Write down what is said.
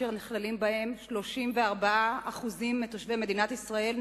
שחיים בהם 34% מתושבי מדינת ישראל,